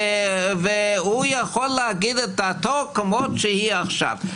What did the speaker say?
והוא יכול להגיד את דעתו כמות שהיא עכשיו.